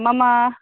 मम